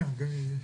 תודה.